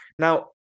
Now